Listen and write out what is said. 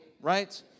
right